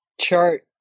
chart